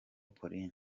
paulin